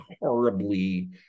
horribly